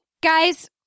Guys